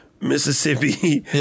Mississippi